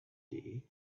day